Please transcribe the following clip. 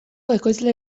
ekoizle